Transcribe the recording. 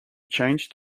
changed